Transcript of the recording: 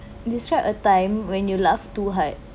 describe a time when you laugh too hard